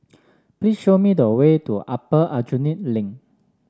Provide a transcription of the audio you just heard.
please show me the way to Upper Aljunied Link